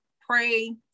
pray